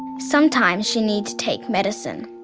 sometimes she needs to take medicine.